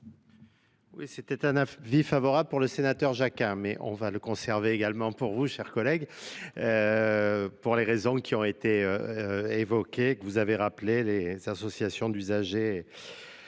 C'était un avis favorable pour le sénateur Jacquin, mais on va le conserver également pour vous, chers collègues. Pour les raisons qui ont été évoqués, vous avez rappelé les associations d'usagers